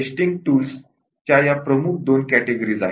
testing tools च्या या प्रमुख २ कॅटेगरीज आहेत